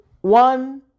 one